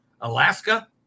Alaska